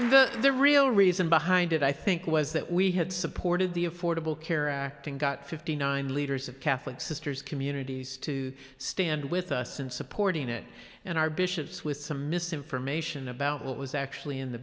and the real reason behind it i think was that we had supported the affordable care act and got fifty nine leaders of catholic sisters communities to stand with us in supporting it and our bishops with some misinformation about what was actually in the